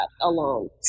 alone